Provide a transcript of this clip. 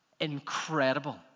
incredible